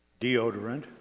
deodorant